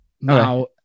Now